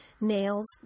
nails